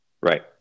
right